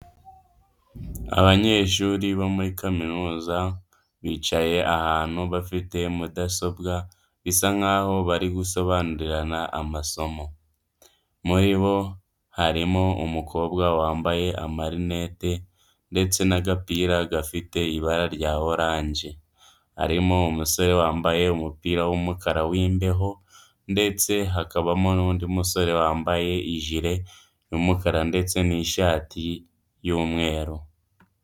Abanyeshuri bo muri kaminuza bicaye ahantu bafite mudasobwa bisa nkaho bari gusobanurirana amasomo. Muri bo harimo umukobwa wambaye amarinete ndetse n'agapira gafite ibara rya oranje, harimo umusore wambaye umupira w'umukara w'imbeho ndetse hakabamo n'undi musore wambaye ijire y'umukara ndetse n'ishati y'umweru.